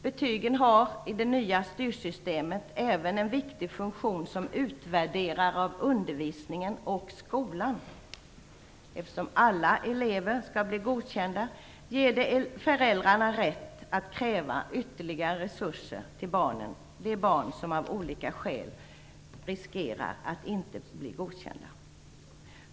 Betygen har i det nya styrsystemet även en viktig funktion som utvärderare av undervisningen och skolan. Det förhållandet att alla elever skall bli godkända ger föräldrarna rätt att kräva resurser till de barn som av olika skäl riskerar att inte bli godkända.